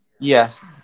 Yes